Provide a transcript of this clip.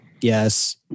yes